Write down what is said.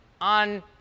on